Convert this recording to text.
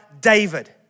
David